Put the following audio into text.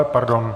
Pardon.